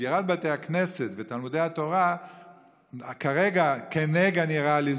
שסגירת בתי הכנסת ותלמודי התורה כרגע "כנגע נראה לי",